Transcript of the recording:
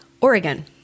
Oregon